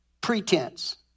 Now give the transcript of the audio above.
pretense